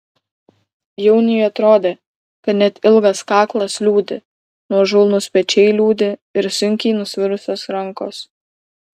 jauniui atrodė kad net ilgas kaklas liūdi nuožulnūs pečiai liūdi ir sunkiai nusvirusios rankos